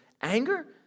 anger